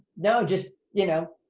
no, just, you know,